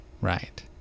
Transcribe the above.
Right